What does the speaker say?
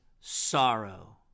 sorrow